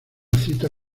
cita